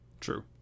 true